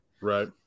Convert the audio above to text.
Right